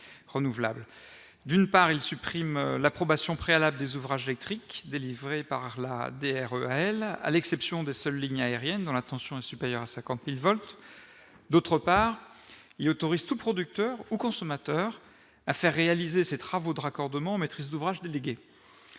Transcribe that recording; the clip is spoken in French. d'une part, il supprime l'approbation préalable des ouvrages écrits délivré par la Drea, elle, à l'exception des seules lignes aériennes dans la tension est supérieur à 50000 volts, d'autre part, il autorise tout producteur au consommateur, a fait réaliser ces travaux de raccordement maîtrise d'ouvrage déléguée